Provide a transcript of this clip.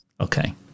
Okay